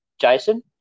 Jason